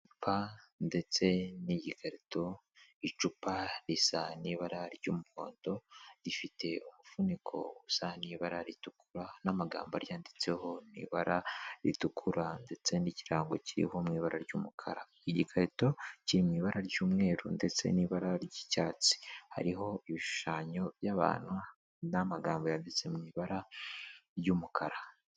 Icupa ndetse nigikarito, icupa risa n'ibara ry'umuhondo, rifite umufuniko usa n'ibara ritukura, n'amagambo ryanditseho n'ibara ritukura ndetse n'ikirango cy'iriho mu ibara ry'umukara. Igikarito kiri mu ibara ry'umweru ndetse n'ibara ry'icyatsi. Hariho ibishushanyo by'abantu n'amagambo yanditse mu ibara ry'umukara.